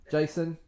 Jason